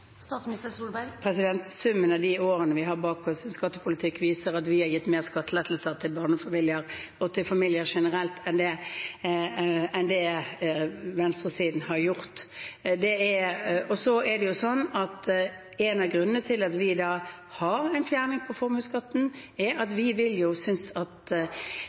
Summen av de årene vi har bak oss med skattepolitikk, viser at vi har gitt mer i skattelettelser til barnefamilier og familier generelt enn det venstresiden har gjort. En av grunnene til at vi har en fjerning av formuesskatten, er at vi synes det å skape flere arbeidsplasser er en av